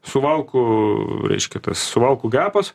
suvalkų reiškia tas suvalkų gapas